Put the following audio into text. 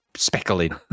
Speckling